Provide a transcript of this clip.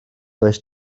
does